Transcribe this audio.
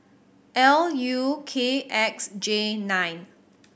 L U K X J nine